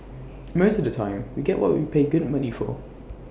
most of the time we get what we pay good money for